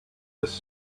this